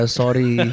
sorry